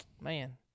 Man